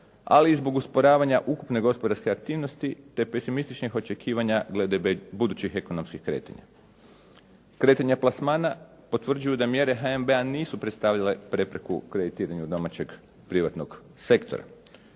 ali i zbog usporavanja ukupne gospodarske aktivnosti, te pesimističkih očekivanja glede budućih ekonomskih kretanja. Kretanje plasmana potvrđuju da mjere HNB-a nisu predstavile prepreku kreditiranju domaćeg privatnog sektora.